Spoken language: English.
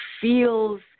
feels